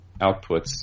outputs